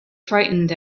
frightened